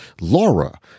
Laura